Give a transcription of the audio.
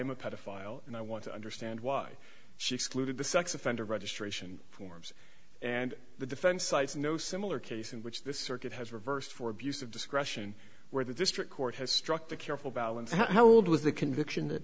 am a pedophile and i want to understand why she excluded the sex offender registration forms and the defense sites no similar case in which this circuit has reversed for abuse of discretion where the district court has struck the careful balance how old was the conviction that